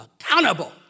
accountable